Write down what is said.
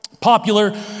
popular